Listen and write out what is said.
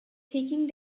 taking